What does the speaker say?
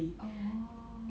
orh